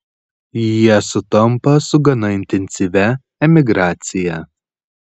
jie sutampa su gana intensyvia emigracija